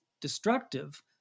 destructive